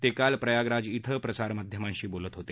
ते काल प्रयागराज क्षें प्रसारमाध्यमांशी बोलत होते